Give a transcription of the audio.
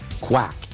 Quack